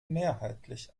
mehrheitlich